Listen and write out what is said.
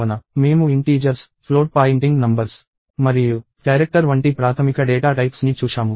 మేము integers float pointing సంఖ్యలు మరియు క్యారెక్టర్ వంటి ప్రాథమిక డేటా టైప్స్ ని చూశాము